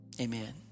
Amen